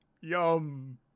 yum